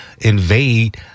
invade